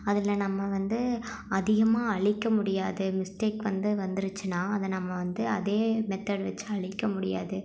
அதில் நம்ம வந்து அதிகமாக அழிக்க முடியாத மிஸ்டேக் வந்து வந்துருச்சுன்னா அதை நம்ம வந்து அதே மெத்தட் வச்சு அழிக்க முடியாது